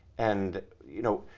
and you know,